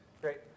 Great